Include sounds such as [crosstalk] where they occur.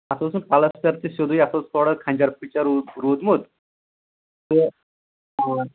اَتھ اوس نہٕ پَلَسٹر تہِ سیوٚدُے اَتھ اوس تھوڑا کھَنجَر پھٕچَر رُ روٗدمُت تہٕ [unintelligible]